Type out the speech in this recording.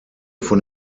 von